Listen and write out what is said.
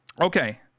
Okay